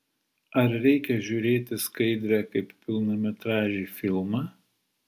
ar reikia žiūrėti skaidrę kaip pilnametražį filmą